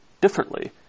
differently